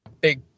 big